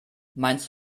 meinst